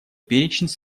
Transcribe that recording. перечень